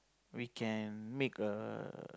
we can make a